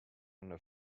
under